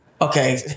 okay